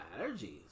allergies